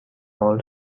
all